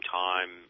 time